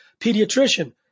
pediatrician